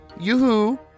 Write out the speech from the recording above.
Yoo-hoo